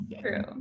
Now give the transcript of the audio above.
true